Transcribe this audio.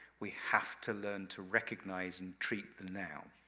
we have to learn to recognize and treat them now.